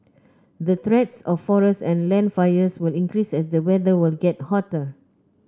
the threats of forest and land fires will increase as the weather will get hotter